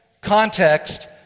context